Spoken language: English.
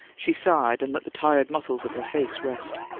she sighed, and let the tired muscles of her face rest.